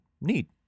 Neat